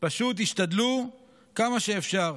פשוט השתדלו כמה שאפשר,